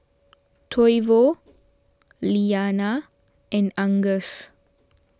Toivo Liana and Angus